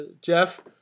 Jeff